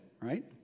right